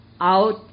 out